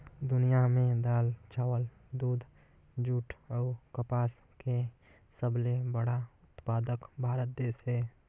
दुनिया में दाल, चावल, दूध, जूट अऊ कपास के सबले बड़ा उत्पादक भारत देश हे